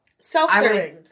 Self-serving